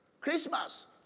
Christmas